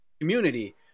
community